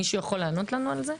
מישהו יכול לענות לנו על זה?